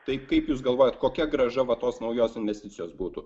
tai kaip jūs galvojat kokia grąža va tos naujos investicijos būtų